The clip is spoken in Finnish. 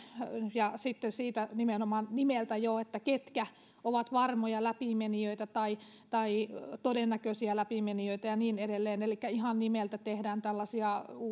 ja sitten nimenomaan nimeltä jo että ketkä ovat varmoja läpimenijöitä tai tai todennäköisiä läpimenijöitä ja niin edelleen elikkä ihan nimeltä tehdään tällaisia